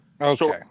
Okay